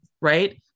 Right